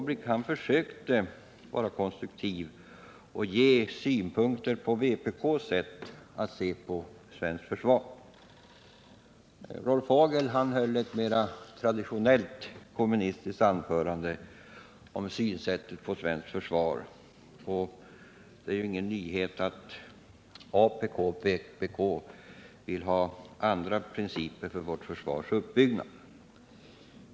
Bertil Måbrink försökte vara konstruktiv och framföra vpk:s synpunkter på svenskt försvar. Rolf Hagel höll ett mer traditionellt kommunistiskt anförande om sin syn på svenskt försvar. Det är ingen nyhet att apk och vpk vill ha andra principer för vårt försvars uppbyggnad.